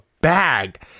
bag